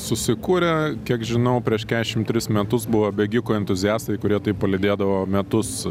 susikūrė kiek žinau prieš kesšim tris metus buvo bėgikų entuziastai kurie taip palydėdavo metus